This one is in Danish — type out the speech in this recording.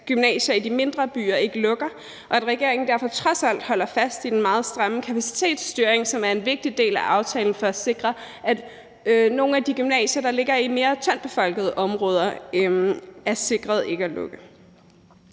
gymnasier i de mindre byer ikke lukker, og at regeringen derfor trods alt holder fast i den meget stramme kapacitetsstyring, som er en vigtig del af aftalen, for at sikre, at nogle af de gymnasier, der ligger i mere tyndtbefolkede områder, er sikret ikke at lukke.